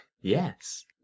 Yes